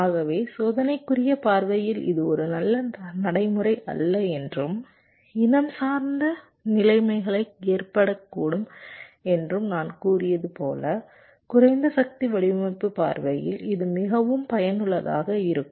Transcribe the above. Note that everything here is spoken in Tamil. ஆகவே சோதனைக்குரிய பார்வையில் இது ஒரு நல்ல நடைமுறை அல்ல என்றும் இனம் சார்ந்த நிலைமைகள் ஏற்படக்கூடும் என்றும் நான் கூறியது போல குறைந்த சக்தி வடிவமைப்பு பார்வையில் இது மிகவும் பயனுள்ளதாக இருக்கும்